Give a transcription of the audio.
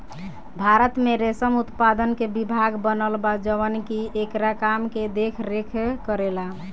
भारत में रेशम उत्पादन के विभाग बनल बा जवन की एकरा काम के देख रेख करेला